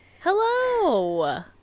Hello